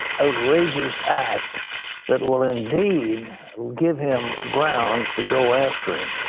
outrageous act that will indeed give him grounds to go after him.